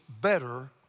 better